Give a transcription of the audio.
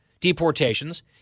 deportations